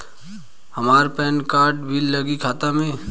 हमार PAN card भी लगी खाता में?